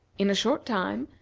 in a short time,